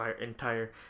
entire